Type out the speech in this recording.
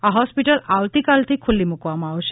આ હોસ્પિટલ આવતીકાલથી ખુલ્લી મૂકવામાં આવશે